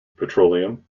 petroleum